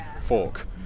fork